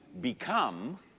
become